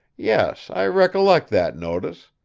yes, i recollect that notice.